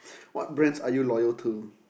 what brands are you loyal to